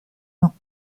vents